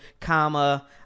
comma